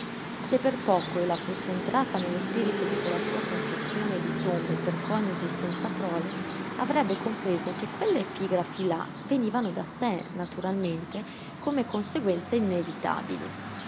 se per poco ella fosse entrata nello spirito di quella sua concezione di tombe per coniugi senza prole avrebbe compreso che quelle epigrafi là venivano da sé naturalmente come conseguenze inevitabili